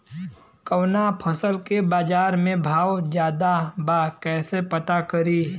कवना फसल के बाजार में भाव ज्यादा बा कैसे पता करि?